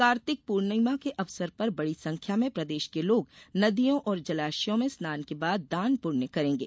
कार्तिक पूर्णिमा के अवसर पर बड़ी संख्या में प्रदेश के लोग नदियों और जलाशयों में स्नान के बाद दान पुण्य करेंगे